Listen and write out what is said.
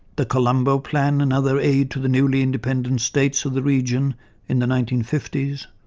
the colombo plan and other aid to the newly independent states of the region in the nineteen fifty s